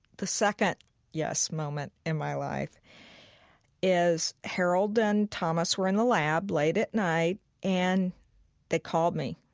the second yes moment in my life is harold and thomas were in the lab late at night and they called me.